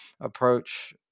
approach